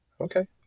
okay